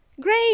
Great